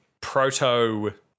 proto